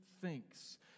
thinks